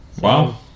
Wow